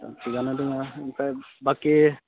थिखआनो दङ ओमफ्राय बाखि